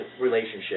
relationship